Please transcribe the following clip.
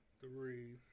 three